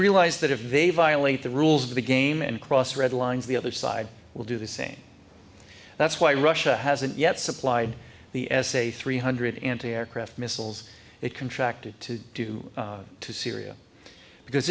realize that if they violate the rules of the game and cross red lines the other side will do the same that's why russia hasn't yet supplied the s a three hundred anti aircraft missiles a contract to do to syria because